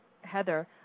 Heather